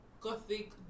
gothic